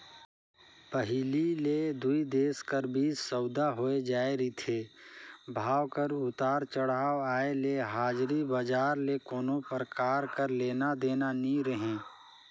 पहिली ले दुई देश कर बीच सउदा होए जाए रिथे, भाव कर उतार चढ़ाव आय ले हाजरी बजार ले कोनो परकार कर लेना देना नी रहें